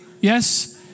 Yes